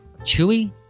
chewy